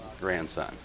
grandson